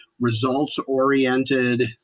results-oriented